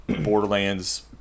Borderlands